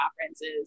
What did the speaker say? conferences